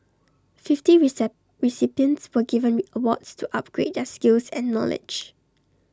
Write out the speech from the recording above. fifty recipients were given awards to upgrade their skills and knowledge